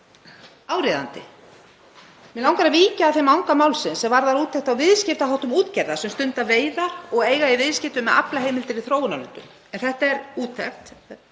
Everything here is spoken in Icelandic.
áríðandi. Mig langar að víkja að þeim anga málsins sem varðar úttekt á viðskiptaháttum útgerða sem stunda veiðar og eiga í viðskiptum með aflaheimildir í þróunarlöndum. Þessi úttekt